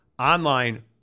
Online